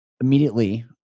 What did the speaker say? immediately